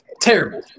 Terrible